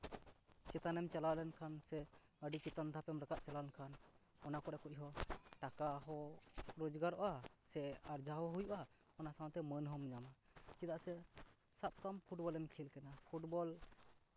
ᱪᱮᱛᱟᱱᱮᱢ ᱪᱟᱞᱟᱣ ᱞᱮᱱᱠᱷᱟᱱ ᱥᱮ ᱟᱹᱰᱤ ᱪᱮᱛᱟᱱ ᱫᱷᱟᱯ ᱮᱢ ᱨᱟᱠᱟᱵ ᱪᱟᱞᱟᱣ ᱞᱮᱱᱠᱷᱟᱱ ᱚᱱᱟ ᱠᱚᱨᱮ ᱠᱷᱚᱱ ᱦᱚᱸ ᱴᱟᱠᱟ ᱦᱚᱸ ᱨᱳᱡᱽᱜᱟᱨᱚᱜᱼᱟ ᱥᱮ ᱟᱨᱡᱟᱣ ᱦᱚᱸ ᱦᱩᱭᱩᱜᱼᱟ ᱚᱱᱟ ᱥᱟᱶᱛᱮ ᱢᱟᱹᱱ ᱦᱚᱸᱢ ᱧᱟᱢᱟ ᱪᱮᱫᱟᱜ ᱥᱮ ᱥᱟᱵ ᱠᱟᱜ ᱢᱮ ᱯᱷᱩᱴᱵᱚᱞᱮᱢ ᱠᱷᱮᱞ ᱠᱟᱱᱟ ᱯᱷᱩᱴᱵᱚᱞ